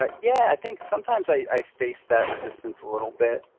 ah yeah, i think sometimes i face that resistance a little bit.